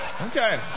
Okay